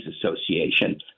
Association